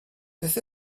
beth